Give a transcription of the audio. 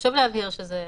חשוב להבהיר שזו